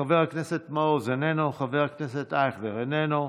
חבר הכנסת מעוז, איננו, חבר הכנסת אייכלר, איננו.